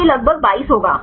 तो यह लगभग 22 होगा